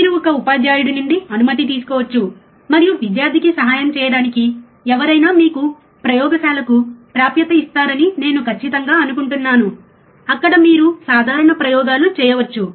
మీరు ఒక ఉపాధ్యాయుడి నుండి అనుమతి తీసుకోవచ్చు మరియు విద్యార్థికి సహాయం చేయడానికి ఎవరైనా మీకు ప్రయోగశాలకు ప్రాప్యత ఇస్తారని నేను ఖచ్చితంగా అనుకుంటున్నాను అక్కడ మీరు సాధారణ ప్రయోగాలు చేయవచ్చు